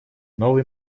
новый